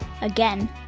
Again